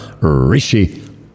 Rishi